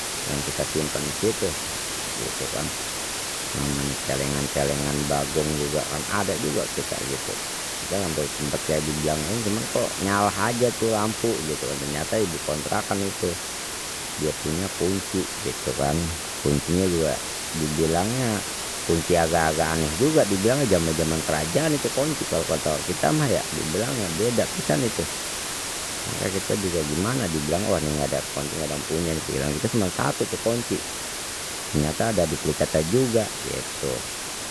Yang kita simpen disitu gitu kan, namanya celengan celengan bagong juga kan ada kita gitu kita ampe sempet ya dibilangnya ini cuman kok nyalah aja tu lampu gitu kan, ternayata ibu kontrakan itu dia punya kunci gitu kan. Kuncinya juga dibilangnya kunci agak agak aneh juga dibilangnya jaman jaman kerajaan itu kunci kalau kata kita mah ya dibilangnya beda pisan itu, makanya kita juga gimana dibilangnya wah ni ga ada kunci ga ada yang punya nih pikiran kita cuma satu tu kunci ternyata ada duplikatnya juga gitu.